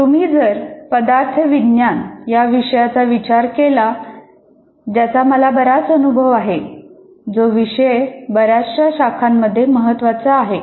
तुम्ही जर पदार्थविज्ञान या विषयाचा विचार केला ज्याचा मला बराच अनुभव आहे जो विषय बऱ्याचशा शाखांमध्ये महत्त्वाचा आहे